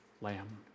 Lamb